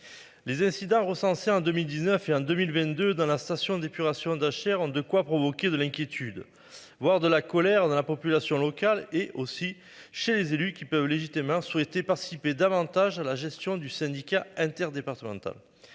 Les incidents recensés en 2019 et en 2022 dans la station d'épuration d'Achères en. De quoi provoquer de l'inquiétude, voire de la colère de la population locale et aussi chez les élus qui peuvent légitimement souhaitez participer davantage à la gestion du Syndicat interdépartemental